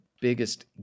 biggest